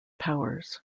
powers